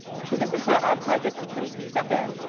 so this is where our project intends to step in.